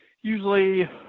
usually